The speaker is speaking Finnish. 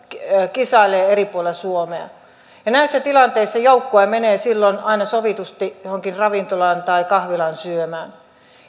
kisailee eri puolilla suomea ja näissä tilanteissa joukkue menee silloin aina sovitusti johonkin ravintolaan tai kahvilaan syömään